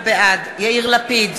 בעד יאיר לפיד,